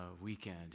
weekend